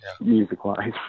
music-wise